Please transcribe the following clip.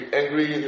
angry